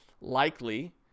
likely